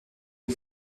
une